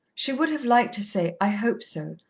she would have liked to say, i hope so,